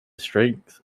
strength